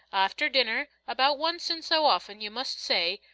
after dinner, about once in so often, you must say,